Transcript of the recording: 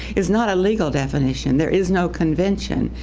is not a legal definition. there is no convention.